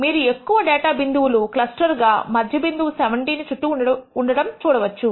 మీరు ఎక్కువ డేటా బిందువులు క్లస్టర్ గా మధ్య బిందువు 70 ను చుట్టి ఉండటం చూడవచ్చు